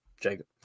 Jacob